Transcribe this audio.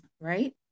right